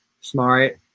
Smart